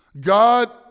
God